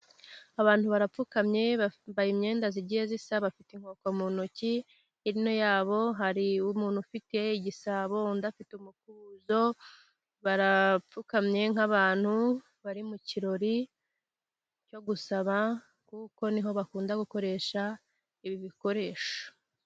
Abantu barapfukamye bambaye imyenda igiye isa, bafite inkoko mu ntoki hino yabo hari umuntu ufite igisabo, undi afite umutozo barapfukamye nk'abantu bari mu kirori, cyo gusaba kuko ni ho bakunda gukoresha ibi bikoresho.